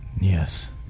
Yes